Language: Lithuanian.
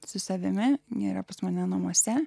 su savimi nėra pas mane namuose